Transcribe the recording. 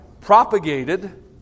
propagated